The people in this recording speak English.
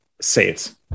sales